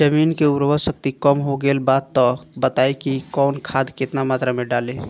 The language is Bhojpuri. जमीन के उर्वारा शक्ति कम हो गेल बा तऽ बताईं कि कवन खाद केतना मत्रा में डालि?